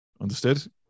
Understood